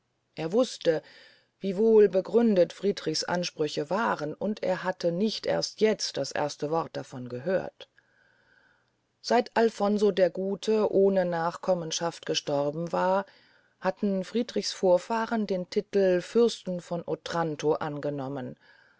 er wuste wie wohl gegründet friedrichs ansprüche waren und hatte nicht erst jetzt das erste wort davon gehört seit alfonso der gute ohne nachkommenschaft gestorben war hatten friedrichs vorfahren den titel fürsten von otranto angenommen